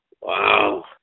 Wow